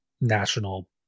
national